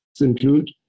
include